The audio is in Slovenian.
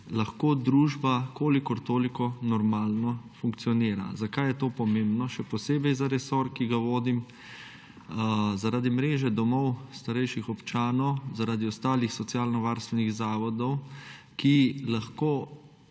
lahko družba kolikor toliko normalno funkcionira. Zakaj je to pomembno še posebej za resor, ki ga vodim? Zaradi mreže domov starejših občanov, zaradi ostalih socialnovarstvenih zavodov, ki jim lahko